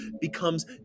becomes